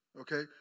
okay